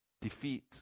defeat